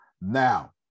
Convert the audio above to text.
Now